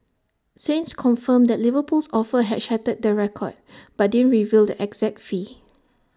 saints confirmed that Liverpool's offer had shattered the record but didn't reveal the exact fee